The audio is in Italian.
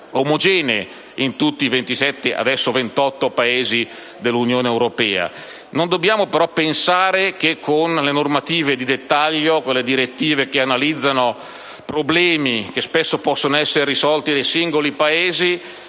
omogenee in tutti i 27 (adesso 28) Paesi dell'Unione europea. Non dobbiamo però pensare che con le normative di dettaglio, ovvero quelle direttive che analizzano problemi che spesso possono essere risolti dai singoli Paesi,